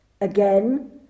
Again